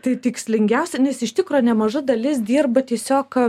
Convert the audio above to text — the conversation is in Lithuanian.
tai tikslingiausia nes iš tikro nemaža dalis dirba tiesiog